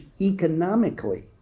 economically